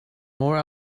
more